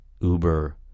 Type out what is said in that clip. Uber